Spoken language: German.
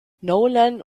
nolan